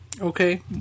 okay